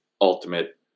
ultimate